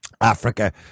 Africa